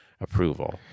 approval